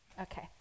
Okay